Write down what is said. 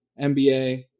NBA